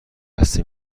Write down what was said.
دسته